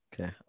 Okay